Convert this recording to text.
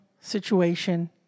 situation